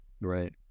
Right